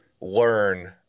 learn